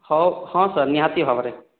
ହଉ ହଁ ସାର୍ ନିହାତି ଭାବରେ